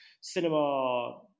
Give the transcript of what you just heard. cinema